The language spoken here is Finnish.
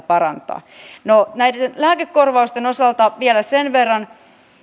parantaa näiden lääkekorvausten osalta vielä sen verran